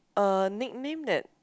uh nickname that